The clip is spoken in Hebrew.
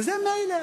וזה מילא.